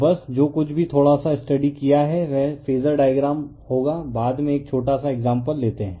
तो बस जो कुछ भी थोड़ा सा स्टडी किया है वह फेजर डायग्राम होगा बाद में एक छोटा सा एक्साम्पल लेते है